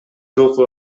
жолку